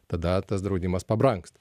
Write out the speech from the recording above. tada tas draudimas pabrangs